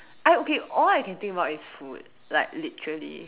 I okay all I can think about is food like literally